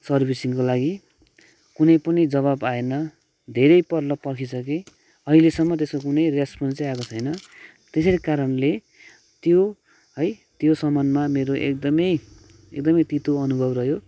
सरभीसिङको लागि कुनै पनि जवाब आएन धेरैपल्ट पर्खिसकेँ अहिले सम्म कुनै रेस्पन्स नै आएको छैन त्यसै कारणले त्यो है त्यो सामानमा मेरो एकदमै एकदमै तितो अनुभव रह्यो